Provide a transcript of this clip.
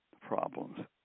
problems